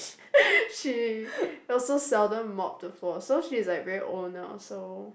she also seldom mop the floor so she's like very old now so